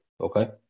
okay